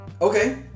Okay